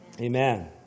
Amen